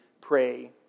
pray